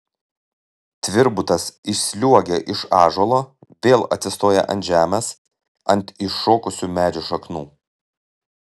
tvirbutas išsliuogia iš ąžuolo vėl atsistoja ant žemės ant iššokusių medžio šaknų